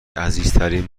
عزیزترین